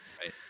right